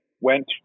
went